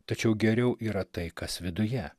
tačiau geriau yra tai kas viduje